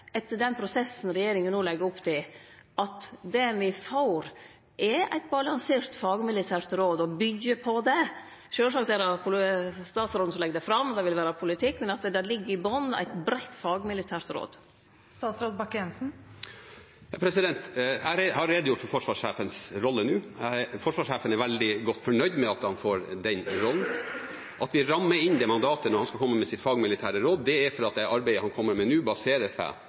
etter den prosessen regjeringa no legg opp til, at det me får, er eit balansert fagmilitært råd og byggjer på det? Sjølvsagt er det statsråden som legg det fram, det vil vere politikk, men ligg det i botn eit breitt fagmilitært råd? Jeg har redegjort for forsvarssjefens rolle nå. Forsvarssjefen er veldig godt fornøyd med at han får den rollen. At vi rammer inn mandatet når han skal komme med sitt fagmilitære råd, er fordi det arbeidet han kommer med nå, også baserer seg